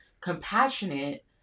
compassionate